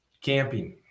Camping